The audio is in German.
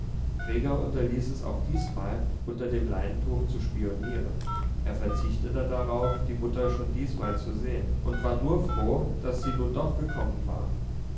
gregor unterließ auch diesmal unter dem leintuch zu spionieren er verzichtete darauf die mutter schon diesmal zu sehen und war nur froh daß sie nun doch gekommen war